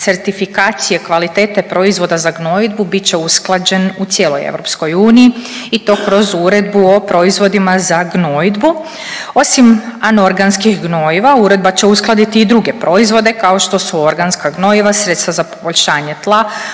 certifikacije kvalitete proizvoda za gnojidbu bit će usklađen u cijeloj EU i to kroz Uredbu o proizvodima za gnojidbu. Osim anorganskih gnojiva uredba će uskladiti i druge proizvode kao što su organska gnojiva, sredstva za poboljšanje tla,